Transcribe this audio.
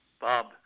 Bob